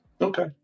Okay